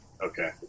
Okay